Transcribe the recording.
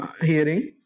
hearing